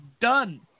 done